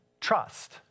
trust